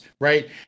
right